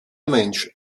mensch